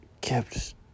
Kept